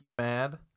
mad